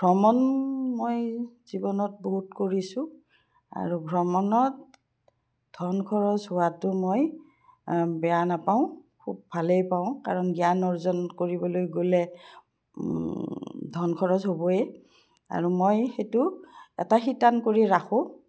ভ্ৰমণ মই জীৱনত বহুত কৰিছোঁ আৰু ভ্ৰমণত ধন খৰচ হোৱাটো মই বেয়া নাপাওঁ খুব ভালেই পাওঁ কাৰণ জ্ঞান অৰ্জন কৰিবলৈ গ'লে ধন খৰচ হ'বই আৰু মই সেইটো এটা শিতান কৰি ৰাখোঁ